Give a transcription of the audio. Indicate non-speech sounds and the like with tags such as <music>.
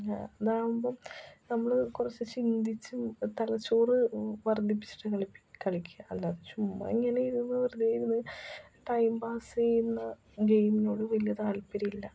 ഇതാകുമ്പം നമ്മൾ കുറച്ച് ചിന്തിച്ചും തലച്ചോറ് വര്ദ്ധിപ്പിച്ചിട്ട് കളിപ്പി കളിക്കുക <unintelligible> ചുമ്മാ ഇങ്ങനെ ഇരുന്ന് വെറുതേ ഇരുന്ന് ടൈം പാസ് ചെയ്യുന്ന ഗെയിമ്നോട് വലിയ താല്പര്യം ഇല്ല